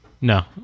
No